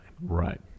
Right